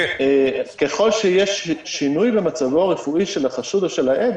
ככל שיש שינוי במצבו הרפואי של החשוד או של העד,